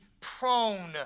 prone